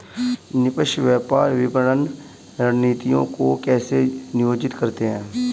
निष्पक्ष व्यापार विपणन रणनीतियों को कैसे नियोजित करते हैं?